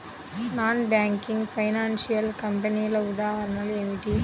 Non banking financial కంపెనీల ఉదాహరణలు ఏమిటి?